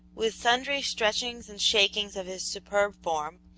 with sundry stretchings and shakings of his superb form,